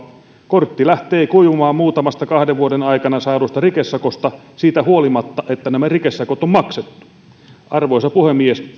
kortti lähtee kuivumaan muutamasta kahden vuoden aikana saadusta rikesakosta siitä huolimatta että nämä rikesakot on maksettu arvoisa puhemies